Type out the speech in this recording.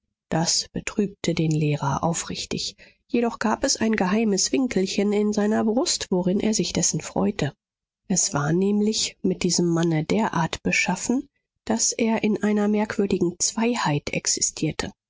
das betrübte den lehrer aufrichtig jedoch gab es ein geheimes winkelchen in seiner brust worin er sich dessen freute es war nämlich mit diesem manne derart beschaffen daß er in einer merkwürdigen zweiheit existierte